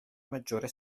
maggiore